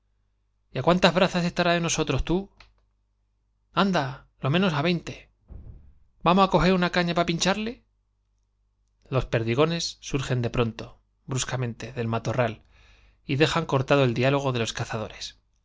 á cuántas brazas estará de nosotros idilio y tragedia j anda lo menos á veinte vamo á cogé una caña pa pincharle los perdigones surgen de pronto bruscamente del matorral y dejan cortado el diálogo de los